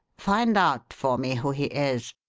find out for me who he is.